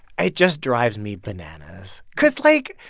it just drives me bananas because, like,